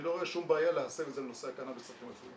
אני לא רואה שום בעיה להסב את זה לנושא הקנאביס לצרכים רפואיים.